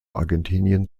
argentinien